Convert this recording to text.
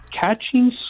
catching